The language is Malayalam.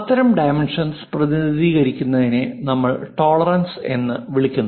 അത്തരം ഡൈമെൻഷൻസ് പ്രതിനിധീകരിക്കുന്നതിനെ നമ്മൾ ടോളറൻസ് എന്ന് വിളിക്കുന്നു